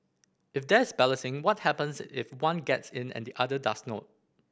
if there is balloting what happens if one gets in and the other does not